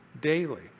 daily